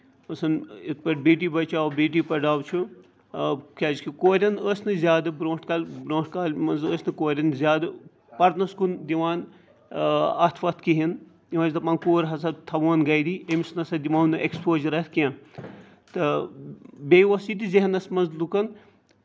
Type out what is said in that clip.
یِتھۍ پٲٹھۍ بیٹی بَچاو بیٹی پَڑاو چھُ کیازِ کہِ کورین ٲسۍ نہٕ زیادٕ برونٹھ کالہِ برونٛہہ کالہِ منٛز ٲسۍ نہٕ زیادٕ پَرنَس کُن دِوان اۭں اَتھ وَتھ کِہینۍ نہٕ تِم ہسا دَپان کوٗر ہسا تھاوہون گرے أمِس ہسا دِمو نہٕ اٮ۪کٕسپوجرا کیٚنہہ تہٕ بیٚیہِ اوس یہِ تہِ زٔہنَس منٛز لُکن